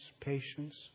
patience